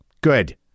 Good